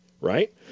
right